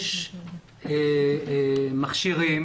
יש מכשירים